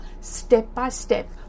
step-by-step